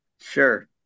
Sure